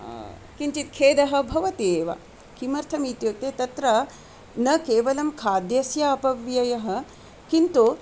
किञ्चित् खेदः भवति एव किमर्थमित्युक्ते तत्र न केवलं खाद्यस्य अपव्ययः किन्तु